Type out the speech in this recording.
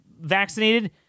vaccinated